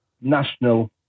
national